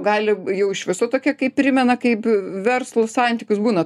gali jau iš viso tokia kaip primena kaip verslo santykius būna